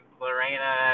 Lorena